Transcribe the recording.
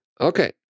Okay